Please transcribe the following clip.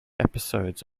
episodes